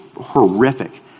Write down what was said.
horrific